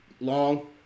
Long